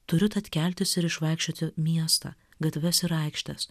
turiu tad keltis ir išvaikščioti miestą gatves ir aikštes